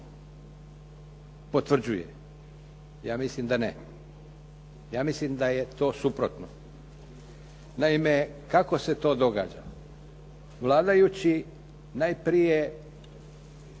potvrđuje. Ja mislim da ne. Ja mislim da je to suprotno. Naime, kako se to događa? Vladajući najprije